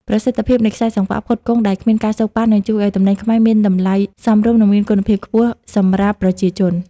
ប្រសិទ្ធភាពនៃខ្សែសង្វាក់ផ្គត់ផ្គង់ដែលគ្មាន ការសូកប៉ាន់ នឹងជួយឱ្យទំនិញខ្មែរមានតម្លៃសមរម្យ និងមានគុណភាពខ្ពស់សម្រាប់ប្រជាជន។